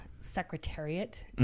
Secretariat